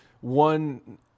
one